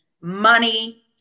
money